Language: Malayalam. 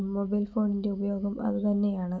മൊബൈൽ ഫോണിൻ്റെ ഉപയോഗം അത് തന്നെയാണ്